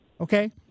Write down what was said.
Okay